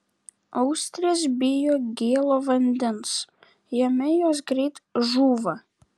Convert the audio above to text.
austrės bijo gėlo vandens jame jos greit žūva